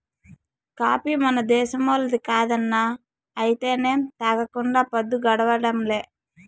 coffee మన దేశంపోల్లది కాదన్నా అయితేనేం తాగకుండా పద్దు గడవడంలే